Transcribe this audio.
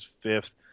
fifth